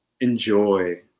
enjoy